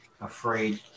afraid